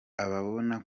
ababona